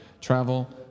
travel